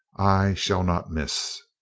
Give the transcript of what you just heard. i shall not miss!